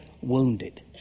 wounded